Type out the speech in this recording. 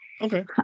Okay